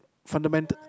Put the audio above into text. fundamental